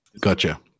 Gotcha